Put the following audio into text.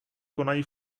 konají